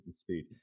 speed